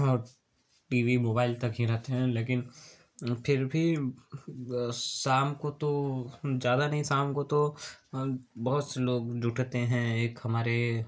और TV mobile तक ही रहते हैं लेकिन फिर भी शाम को तो ज़्यादा नहीं शाम को तो बहुत से लोग जुटते हैं एक हमारे